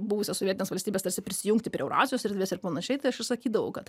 buvusias sovietines valstybes tarsi prisijungti prie eurazijos erdvės ir panašiai tai aš ir sakydavau kad